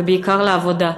ובעיקר לעבודה.